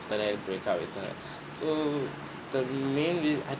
after that breakup with her so the main rea~ I